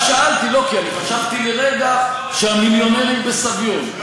רק שאלתי, כי אני חשבתי לרגע שהמיליונרים בסביון.